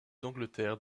d’angleterre